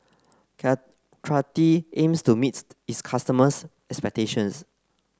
Caltrate aims to meet its customers expectations